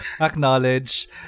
acknowledge